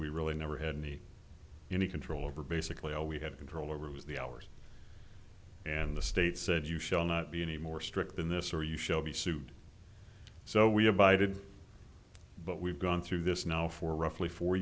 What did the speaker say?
we really never had any any control over basically all we had control over was the hours and the state said you shall not be any more strict than this or you shall be sued so we abided but we've gone through this now for roughly four